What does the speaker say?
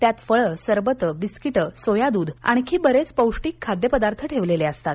त्यात फळे सरबतं बिस्कीटं सोया दूध आणखी बरेच पौष्टिक खाद्यपदार्थ ठेवलेले असतात